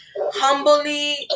humbly